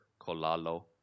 kolalo